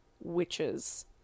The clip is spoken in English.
witches